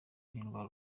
n’indwara